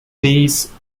these